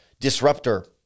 disruptor